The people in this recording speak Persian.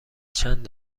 چند